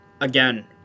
again